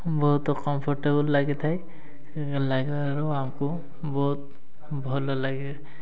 ବହୁତ କମ୍ଫର୍ଟେବୁଲ୍ ଲାଗିଥାଏ ଲାଗିବାରୁ ଆମକୁ ବହୁତ ଭଲ ଲାଗେ